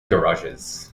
garages